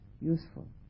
useful